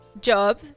job